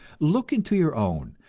look into your own,